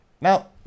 Now